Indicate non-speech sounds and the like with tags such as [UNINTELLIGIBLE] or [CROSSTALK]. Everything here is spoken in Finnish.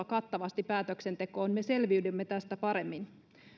[UNINTELLIGIBLE] kattavasti päätöksentekoon me selviydymme tästä paremmin